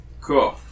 Cool